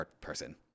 person